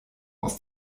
aus